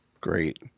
great